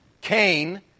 Cain